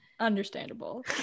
Understandable